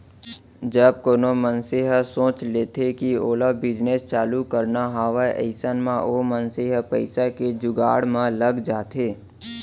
जब कोनो मनसे ह सोच लेथे कि ओला बिजनेस चालू करना हावय अइसन म ओ मनसे ह पइसा के जुगाड़ म लग जाथे